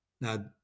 Now